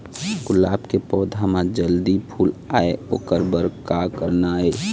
गुलाब के पौधा म जल्दी फूल आय ओकर बर का करना ये?